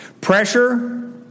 Pressure